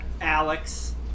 Alex